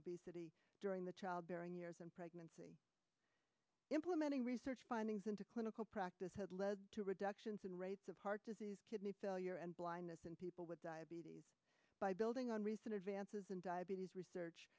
obesity during the childbearing years and pregnancy implementing research findings into clinical practice has led to reductions in rates of heart disease kidney failure and blindness in people with diabetes by building on recent advances in diabetes research